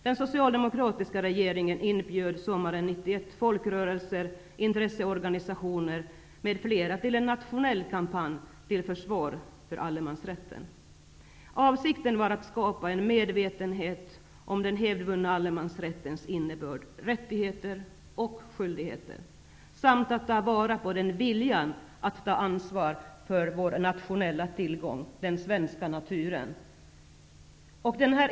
Den socialdemokratiska regeringen inbjöd sommaren 1991 folkrörelser, intresseorganisationer, m.fl. till en nationell kampanj till försvar för allemansrätten. Avsikten var att skapa en medvetenhet om den hävdvunna allemansrättens innebörd -- rättigheter och skyldigheter -- samt att ta vara på viljan att ta ansvar för vår nationella tillgång, den svenska naturen.